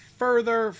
further